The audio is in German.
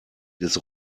des